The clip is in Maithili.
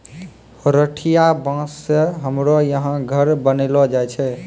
हरोठिया बाँस से हमरो यहा घर बनैलो जाय छै